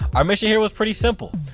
our mission here was pretty simple.